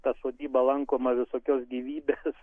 ta sodyba lankoma visokios gyvybės